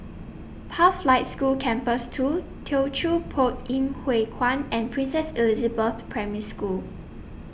Pathlight School Campus two Teochew Poit Ip Huay Kuan and Princess Elizabeth Primary School